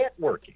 networking